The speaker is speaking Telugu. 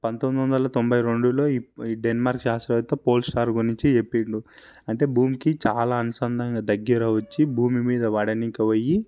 పంతొమ్మిది వందల తొంభైరెండులో ఈ డెన్మార్క్ శాత్రవేత్త పోల్స్టార్ గురించి చెప్పిండు అంటే భూమికి చాలా అనుసంధానంగా దగ్గర వచ్చి భూమి మీద పడనీకి పోయి